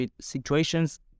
situations